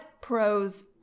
pros